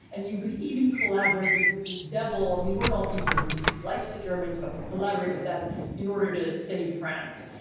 and you could even collaborate with the devil. these weren't all people who liked the germans but will collaborate with them in order to save france.